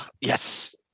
yes